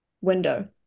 window